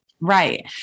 Right